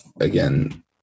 again